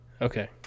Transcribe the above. Okay